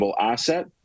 asset